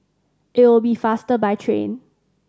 it'll be faster by train